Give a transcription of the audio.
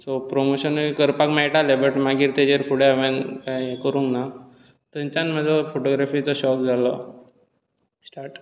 so प्रमोशनूय करपाक मेळटालें पूण मागीर तेचेर फुडें हांवेंन कांय हें करूंकना थंयच्यान म्हाजो फॉटोग्राफीचो शौक जालो स्टार्ट